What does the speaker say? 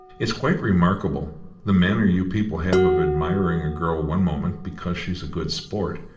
it's quite remarkable the manner you people have of admiring a girl one moment, because she's a good sport,